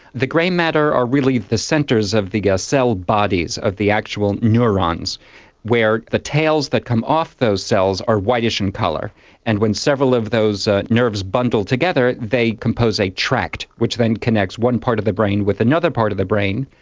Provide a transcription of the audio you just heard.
the grey matter are really the centres of the cell bodies of the actual neurons where the tails that come off those cells are whitish in colour and when several of those nerves bundle together they compose a tract which then connects one part of the brain with another part of the brain.